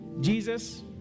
Jesus